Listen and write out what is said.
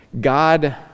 God